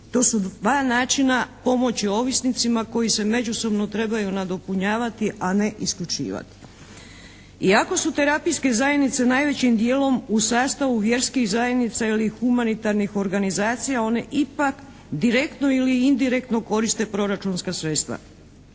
To su dva načina pomoći ovisnicima koji se međusobno trebaju nadopunjavati, a ne isključivati. Iako su terapijske zajednice najvećim dijelom u sastavu vjerskih zajednica ili humanitarnih organizacija one ipak direktno ili indirektno koriste proračunska sredstva.